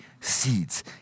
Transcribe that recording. seeds